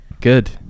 Good